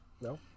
no